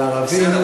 על ערבים,